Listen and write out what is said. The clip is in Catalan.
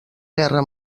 guerra